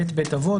בית אבות.